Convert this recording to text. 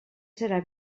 serà